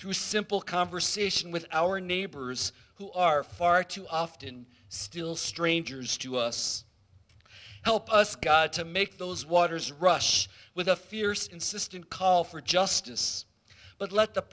through simple conversation with our neighbors who are far too often still strangers to us help us god to make those waters rush with a fierce insistent call for justice but let the